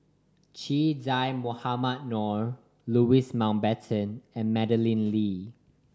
Che Dah Mohamed Noor Louis Mountbatten and Madeleine Lee